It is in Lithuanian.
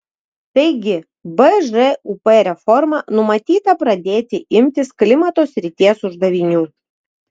taigi bžūp reforma numatyta pradėti imtis klimato srities uždavinių